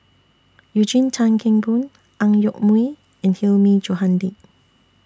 Eugene Tan Kheng Boon Ang Yoke Mooi and Hilmi Johandi